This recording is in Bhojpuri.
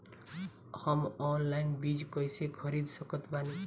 हम ऑनलाइन बीज कइसे खरीद सकत बानी?